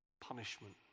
punishment